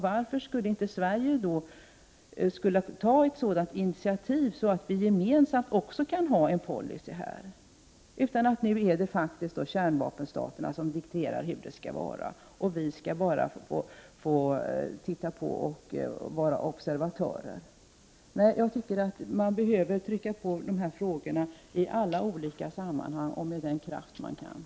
Varför skulle således inte Sverige kunna ta ett initiativ i det avseendet för att åstadkomma en gemensam policy? Det är ju faktiskt så, att kärnvapenstaterna dikterar hur det skall vara. Vi får bara vara observatörer. Nej, det är nödvändigt att trycka på i dessa frågor — i alla sammanhang och med den kraft som är möjlig.